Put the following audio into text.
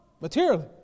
materially